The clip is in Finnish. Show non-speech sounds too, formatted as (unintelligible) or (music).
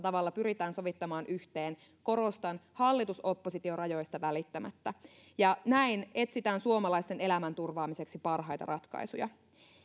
(unintelligible) tavalla pyritään sovittamaan yhteen korostan hallitus oppositio rajoista välittämättä näin etsitään suomalaisten elämän turvaamiseksi parhaita ratkaisuja